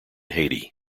haiti